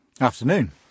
Afternoon